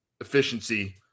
efficiency